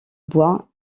bois